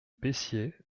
peyssier